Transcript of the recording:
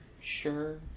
Sure